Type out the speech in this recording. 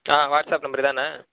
ஆ WhatsApp number இதானே